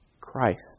Christ